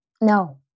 No